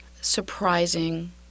surprising